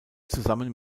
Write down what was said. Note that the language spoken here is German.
zusammen